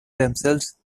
themselves